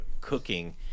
cooking